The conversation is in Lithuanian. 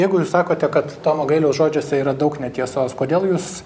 jeigu jūs sakote kad tomo gailiaus žodžiuose yra daug netiesos kodėl jūs